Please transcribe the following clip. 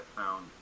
found